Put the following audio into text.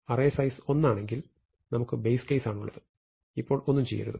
array size 1 ആണെങ്കിൽ നമുക്ക് base case ആണുള്ളത് ഇപ്പോൾ ഒന്നും ചെയ്യരുത്